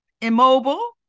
immobile